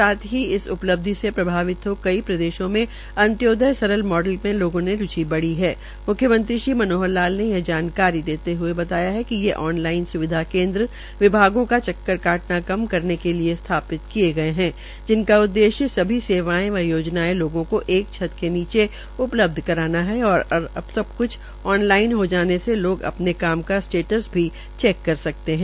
राज्य की इस उपलब्धि से प्रभावित हो कई प्रदेशों में अन्त्योदय सरल मॉडल में लोगों की रूचि बढ़ी है म्ख्यमंत्री श्री मनोहर लाल ने यह जानकारी देते हुए बताया कि ये ऑन लाइन स्विधा केन्द्र विभागों का चक्कर काटना कम करने के लिए स्थापित किये गये है जिसका उद्देश्य सभी सेवायें व परियोजनायें लोगों को एक छत के नीचे उपलब्ध कराना है और सब कुछ ऑन लाइन होने मे लोग अपने काम का स्टेटस भी चेक कर सकते है